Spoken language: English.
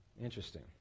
Interesting